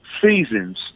Seasons